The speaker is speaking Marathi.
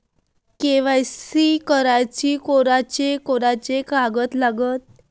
के.वाय.सी कराच कोनचे कोनचे कागद लागते?